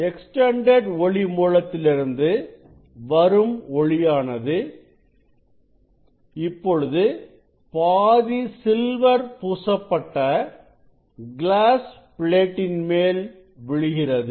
extended ஒளி மூலத்திலிருந்து வரும் ஒளியானது இப்பொழுது பாதி சில்வர் பூசப்பட்ட கிளாஸ் பிளேடின் மேல் விழுகிறது